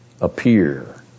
appear